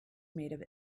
made